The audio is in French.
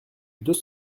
deux